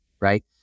right